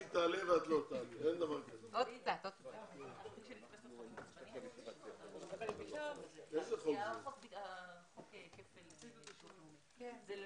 13:59.